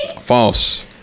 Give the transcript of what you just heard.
False